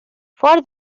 for